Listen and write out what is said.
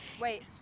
Wait